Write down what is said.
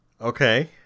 Okay